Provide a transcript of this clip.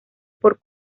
por